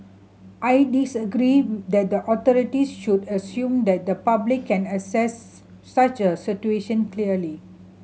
I disagree that the authorities should assume that the public can assess such a situation clearly